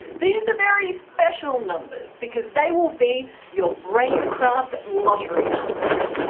these are very special numbers because they will be your braincraft lottery numbers.